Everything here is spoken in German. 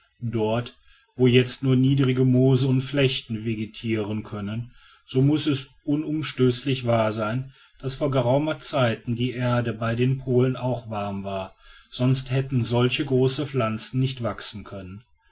dort wo jetzt nur niedrige moose und flechten vegetieren können so muß es unumstößlich wahr sein daß vor geraumen zeiten die erde bei den polen auch warm war sonst hätten solche große pflanzen nicht wachsen können